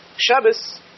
Shabbos